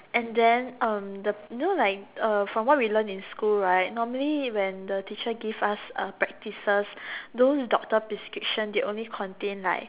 and then um the you know like uh from what we learnt in school right normally when the teacher give us uh practices those doctor's prescription they only contain like